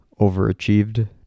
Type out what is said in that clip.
overachieved